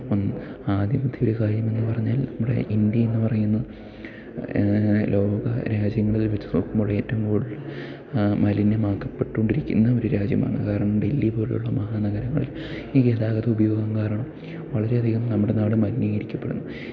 ഒന്ന് ആദ്യത്തെ കാര്യമെന്ന് പറഞ്ഞാൽ നമ്മുടെ ഇന്ത്യയെന്ന് പറയുന്ന ലോകരാജ്യങ്ങളിൽ വച്ച് നോക്കുമ്പോൾ ഏറ്റവും കൂടുതൽ മലിനമാക്കപ്പെട്ടോണ്ടിരിക്കുന്ന ഒരു രാജ്യമാണ് കാരണം ഡെല്ലി പോലുള്ള മഹാനഗരങ്ങളിൽ ഈ ഗതാഗത ഉപയോഗം കാരണം വളരെ അധികം നമ്മുടെ നാട് മലിനീകരിക്കപ്പെടുന്നു